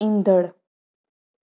ईंदड़ु